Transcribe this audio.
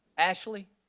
ashley,